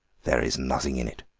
there is nossing in it.